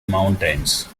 mountains